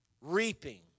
reaping